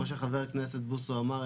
כמו שחבר הכנסת בוסו אמר,